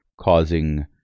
causing